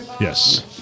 Yes